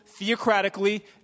theocratically